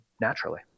naturally